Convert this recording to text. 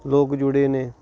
ਲੋਕ ਜੁੜੇ ਨੇ